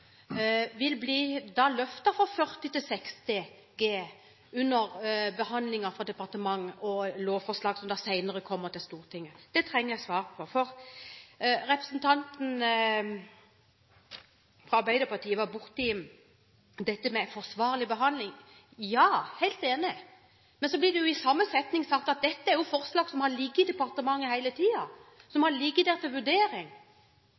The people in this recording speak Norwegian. vil bli løftet fra 40 til 60 G under behandlingen fra departementet og i lovforslag som senere kommer til Stortinget. Det trenger jeg svar på. Representanten fra Arbeiderpartiet var borte i dette med forsvarlig behandling. Ja, helt enig, men så ble det i samme setning sagt at dette er forslag som har ligget i departementet hele tiden – som har ligget der til vurdering